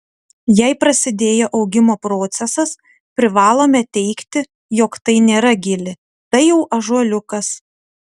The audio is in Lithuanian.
jei prasidėjo augimo procesas privalome teigti jog tai nėra gilė tai jau ąžuoliukas